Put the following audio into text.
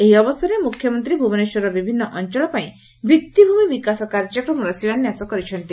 ଏହି ଅବସରରେ ମୁଖ୍ୟମନ୍ତୀ ଭୁବନେଶ୍ୱରର ବିଭିନ୍ନ ଅଞ୍ଅଳରେ ପାଇଁ ଭିଉିଭ୍ରମି ବିକାଶ କାର୍ଯ୍ୟକ୍ରମର ଶିଳାନ୍ୟାସ କରିଛନ୍ତି